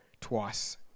twice